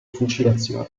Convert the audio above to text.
fucilazione